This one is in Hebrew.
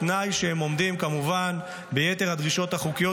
בתנאי שהם עומדים כמובן ביתר הדרישות החוקיות